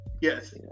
Yes